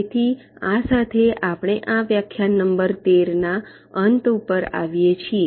તેથી આ સાથે આપણે આ વ્યાખ્યાન નંબર 13 ના અંત પર આવીએ છીએ